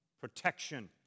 protection